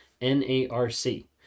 n-a-r-c